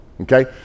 Okay